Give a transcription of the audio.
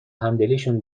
همدلیشون